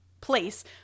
place